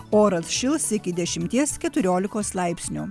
oras šils iki dešimties keturiolikos laipsnių